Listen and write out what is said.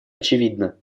очевидна